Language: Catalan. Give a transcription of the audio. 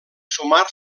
sumar